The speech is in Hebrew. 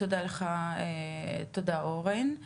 קודם כל המימוש של הכספים של הפלסטינים,